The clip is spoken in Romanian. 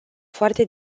foarte